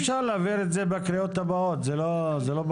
אפשר להעביר את זה בקריאות הבאות, זאת לא בעיה.